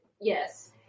Yes